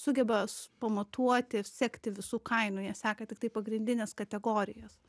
sugeba pamatuoti sekti visų kainų jie seka tiktai pagrindinės kategorijas